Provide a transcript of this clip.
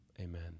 Amen